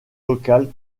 locales